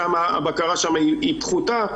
שהבקרה שם היא פחותה,